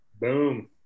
Boom